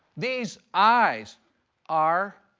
these eyes are